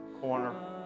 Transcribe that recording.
corner